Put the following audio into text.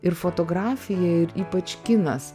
ir fotografija ir ypač kinas